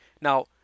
now